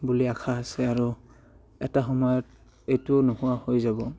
বুলি আশা আছে আৰু এটা সময়ত এইটোও নোহোৱা হৈ যাব